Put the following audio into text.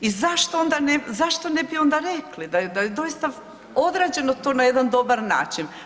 I zašto onda, zašto ne bi onda rekli da je doista odrađeno to na jedan dobar način.